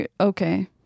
Okay